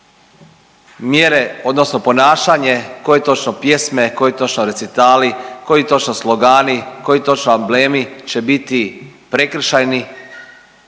mjere odnosno ponašanje, koje točno pjesme, koji točno recitali, koji točno slogani, koji točno amblemi će biti prekršajni